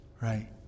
right